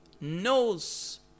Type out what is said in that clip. knows